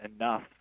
enough